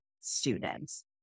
students